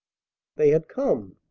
they had come!